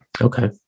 Okay